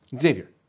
Xavier